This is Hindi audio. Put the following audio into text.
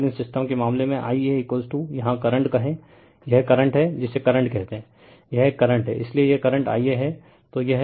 तो अनबैलेंस्ड सिस्टम के मामले में Ia यहाँ करंट कहें यह करंट है जिसे करंट कहते हैं यह एक करंट है इसलिए यह करंट Ia है